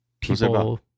people